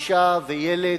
אשה וילד,